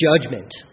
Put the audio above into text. judgment